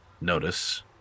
notice